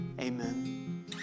Amen